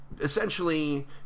Essentially